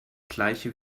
gleiche